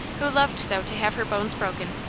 who loved so to have her bones broken.